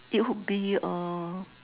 it would be err